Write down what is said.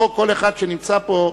יזכור כל אחד שנמצא פה,